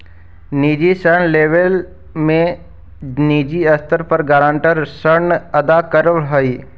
निजी ऋण लेवे में निजी स्तर पर गारंटर ऋण अदा करऽ हई